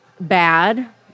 bad